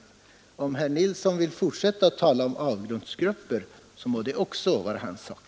Om herr Nilsson vill fortsätta att tala om avgrundsgrupper må det vara hans sak.